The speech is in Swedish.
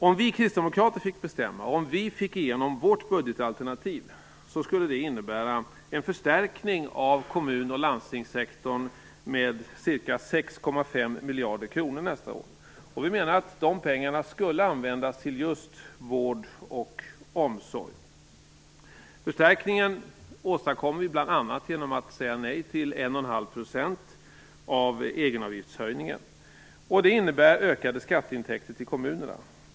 Om vi kristdemokrater fick bestämma, om vi fick igenom vårt budgetalternativ, skulle det innebära en förstärkning av kommun och landstingssektorn med ca 6,5 miljarder kronor nästa år. Vi menar att de pengarna skall användas till just vård och omsorg. Denna förstärkning åstadkommer vi bl.a. genom att säga nej till 1,5 % av egenavgiftshöjningen. Det innebär ökade skatteintäkter till kommunerna.